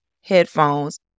headphones